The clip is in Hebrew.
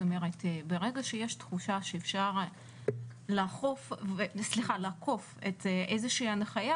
ברגע שיש תחושה שאפשר לעקוף איזה שהיא הנחיה